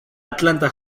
atlanta